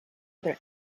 other